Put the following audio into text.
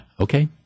Okay